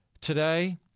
Today